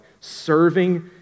serving